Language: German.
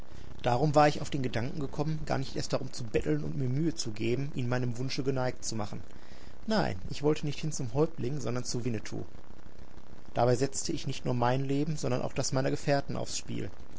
darum war ich auf den gedanken gekommen gar nicht erst darum zu betteln und mir mühe zu geben ihn meinem wunsche geneigt zu machen nein ich wollte nicht hin zum häuptling sondern zu winnetou dabei setzte ich nicht nur mein leben sondern auch das meiner gefährten aufs spiel